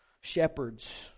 shepherds